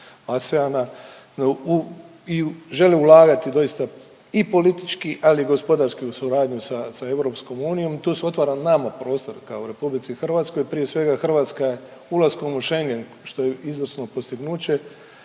ASEAN-a i žele ulagati doista i politički, ali i u gospodarsku suradnju sa EU. Tu se otvara nama prostor kao RH prije svega Hrvatska je ulaskom u Schengen što je izvrsno postignuće